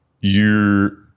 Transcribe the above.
you-